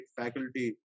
faculty